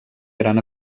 gran